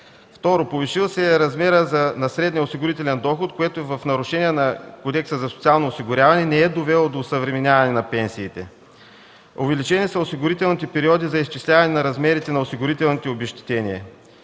Второ, повишил се е размерът на средния осигурителен доход, което е в нарушение на Кодекса за социално осигуряване и не е довело до осъвременяване на пенсиите; увеличени са осигурителните периоди за изчисляване на размерите на осигурителните обезщетения;